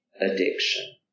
addiction